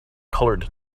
colored